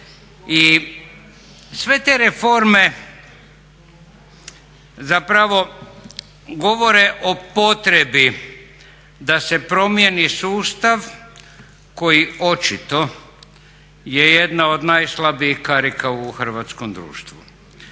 sve te reforme zapravo govore o potrebi da se promijeni sustav koji očito je jedna od najslabijih karika u Hrvatskom društvu.